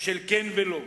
של "כן" ו"לא".